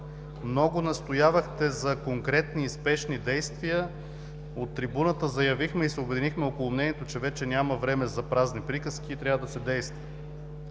много настоявахте за конкретни и спешни действия. От трибуната заявихме и се обединихме около мнението, че вече няма време за празни приказки и трябва да се действа.